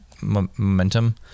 momentum